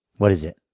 what is it?